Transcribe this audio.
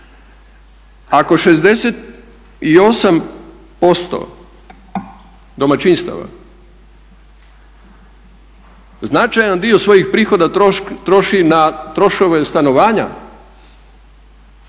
Ako 68% domaćinstava značajan dio svojih prihoda troši na troškove stanovanja